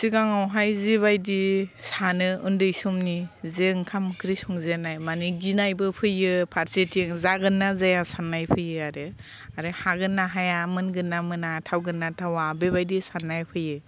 सिगाङावहाय जिबायदि सानो उन्दै समनि जे ओंखाम ओंख्रि संजेननाय मानि गिनायबो फैयो फारसेथिं जागोन ना जाया साननाय फैयो आरो आरो हागोन ना हाया मोनगोन ना मोना थावगोन ना थावा बे बायदि साननाया फैयो